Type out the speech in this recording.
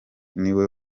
niwe